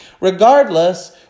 Regardless